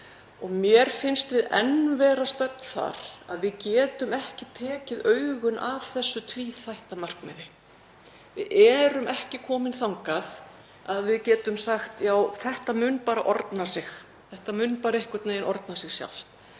Mér finnst við enn vera stödd þar að við getum ekki tekið augun af þessu tvíþætta markmiði. Við erum ekki komin þangað að við getum sagt: Já, þetta mun bara ordna sig, þetta mun bara einhvern veginn ordna sig sjálft.